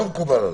לא מקובל עלי.